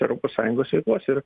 europos sąjungos ribose ir